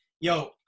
yo